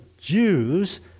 Jews